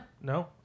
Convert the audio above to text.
No